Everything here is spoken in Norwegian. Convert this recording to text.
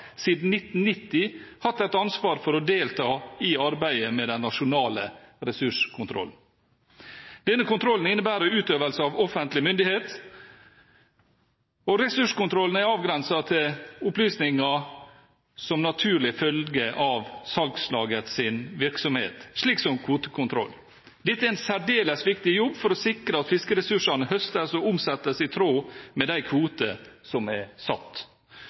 siden 1990 hatt et ansvar for å delta i arbeidet med den nasjonale ressurskontrollen. Denne kontrollen innebærer utøvelse av offentlig myndighet. Ressurskontrollen er avgrenset til opplysninger som naturlig følger av salgslagets virksomhet, slik som kvotekontroll. Dette er en særdeles viktig jobb for å sikre at fiskeressursene høstes og omsettes i tråd med de kvoter som er satt.